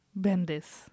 Bendis